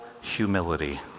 humility